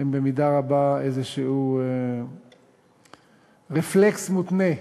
הן במידה רבה איזשהו רפלקס מותנה,